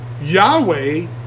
Yahweh